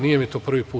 Nije mi to prvi put.